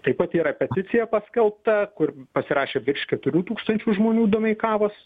taip pat yra peticija paskelbta kur pasirašė virš keturių tūkstančių žmonių domeikavos